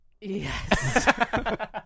Yes